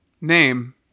Name